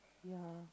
ya